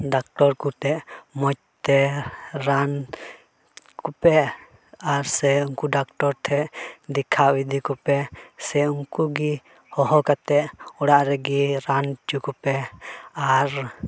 doctor ᱠᱚᱴᱷᱮᱱ ᱢᱚᱡᱽ ᱛᱮ ᱨᱟᱱ ᱠᱚᱯᱮ ᱟᱨ ᱥᱮ ᱩᱱᱠᱩ ᱰᱟᱠᱛᱚᱨ ᱴᱷᱮᱡ ᱫᱮᱠᱷᱟᱣ ᱤᱫᱤ ᱠᱚᱯᱮ ᱥᱮ ᱩᱱᱠᱩ ᱜᱮ ᱦᱚᱦᱚ ᱠᱟᱛᱮᱫ ᱚᱲᱟᱜ ᱨᱮᱜᱮ ᱨᱟᱱ ᱦᱚᱪᱚ ᱠᱚᱯᱮ ᱟᱨ